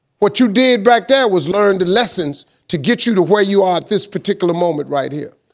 what you did back there was learn the lessons to get you to where you are, at this particular moment, right here.